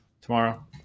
tomorrow